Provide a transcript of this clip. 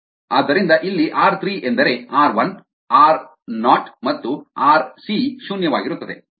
ಆದ್ದರಿಂದ ಇಲ್ಲಿ ಆರ್ 3 ಎಂದರೆ ಆರ್ I ಆರ್ 0 ಮತ್ತು ಆರ್ c ಶೂನ್ಯವಾಗಿರುತ್ತದೆ